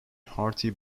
hearty